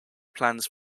plans